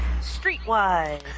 streetwise